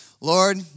Lord